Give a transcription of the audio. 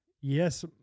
Yes